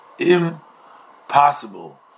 impossible